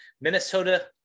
Minnesota